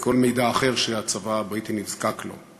וכל מידע אחר שהצבא הבריטי נזקק לו.